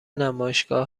نمایشگاه